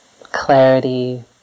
Clarity